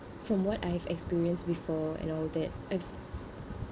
from what I've experienced before and all that I've